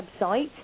website